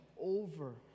over